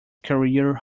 career